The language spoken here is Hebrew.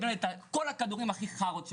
כל הכדורים הכי חארות שבעולם,